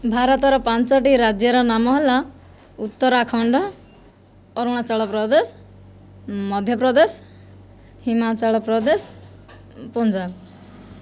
ଭାରତର ପାଞ୍ଚୋଟି ରାଜ୍ୟର ନାମ ହେଲା ଉତ୍ତରାଖଣ୍ଡ ଅରୁଣାଞ୍ଚଳ ପ୍ରଦେଶ ମଧ୍ୟ ପ୍ରଦେଶ ହିମାଞ୍ଚଚଳ ପ୍ରଦେଶ ପଞ୍ଜାବ